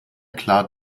klar